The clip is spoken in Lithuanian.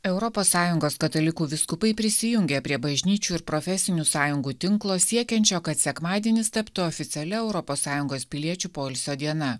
europos sąjungos katalikų vyskupai prisijungė prie bažnyčių ir profesinių sąjungų tinklo siekiančio kad sekmadienis taptų oficialia europos sąjungos piliečių poilsio diena